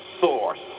source